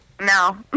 No